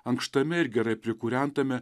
ankštame ir gerai prikūrentame